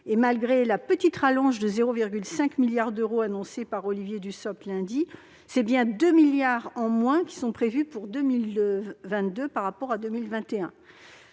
et malgré la petite rallonge de 0,5 milliard d'euros annoncée lundi par Olivier Dussopt, c'est bien 2 milliards d'euros en moins qui sont prévus pour 2022 par rapport à 2021.